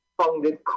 founded